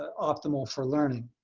optimal for learning.